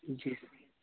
जी